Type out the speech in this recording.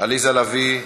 עליזה לביא,